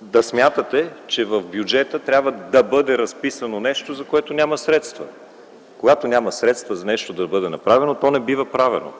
да смятате, че в бюджета трябва да бъде разписано нещо, за което няма средства. Когато няма средства нещо да бъде направено, то не бива правено,